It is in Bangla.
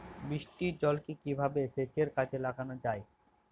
বৃষ্টির জলকে কিভাবে সেচের কাজে লাগানো য়ায়?